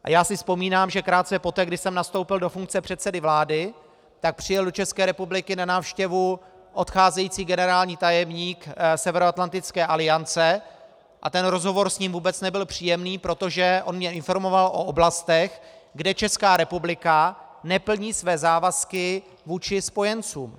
A já si vzpomínám, že krátce poté, kdy jsem nastoupil do funkce předsedy vlády, přijel do České republiky na návštěvu odcházející generální tajemník Severoatlantické aliance a ten rozhovor s ním vůbec nebyl příjemný, protože on mě informoval o oblastech, kde Česká republika neplní své závazky vůči spojencům.